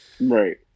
Right